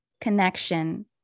connection